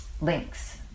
links